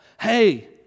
Hey